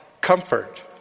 comfort